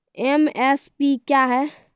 MSP क्या है?